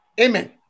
Amen